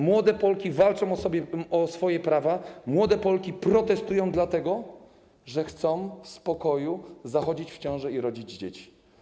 Młode Polki walczą o swoje prawa, młode Polki protestują dlatego, że chcą w spokoju zachodzić w ciążę i rodzić dzieci.